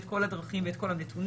את כל הדרכים ואת כל הנתונים,